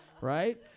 right